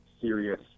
serious